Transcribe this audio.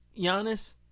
Giannis